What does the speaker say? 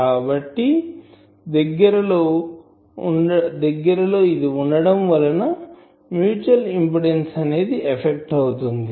కాబట్టి దగ్గరలో ఇది ఉండడం వలన మ్యూచువల్ ఇంపిడెన్సు అనేది ఎఫెక్ట్ అవుతుంది